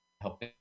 help